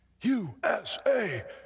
USA